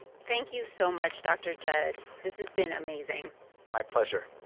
thank you so much, dr. jud. this has been amazing my pleasure